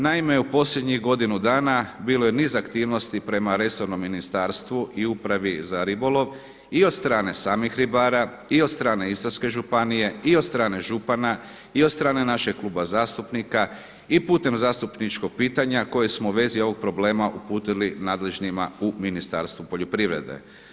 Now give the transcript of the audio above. Naime, u posljednjih godinu dana bilo je niz aktivnosti prema resornom ministarstvu i upravi za ribolov i od strane samih ribara, i od strane Istarske županije, i od strane župana, i od strane našeg kluba zastupnika, i putem zastupničkog pitanja koje smo u vezi ovog problema uputili nadležnima u Ministarstvo poljoprivrede.